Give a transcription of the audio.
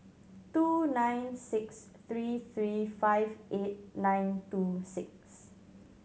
two nine six three three five eight nine two six